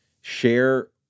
share